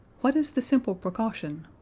what is the simple precaution?